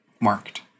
marked